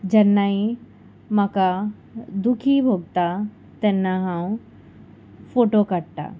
जेन्नाय म्हाका दुखी भोगता तेन्ना हांव फोटो काडटा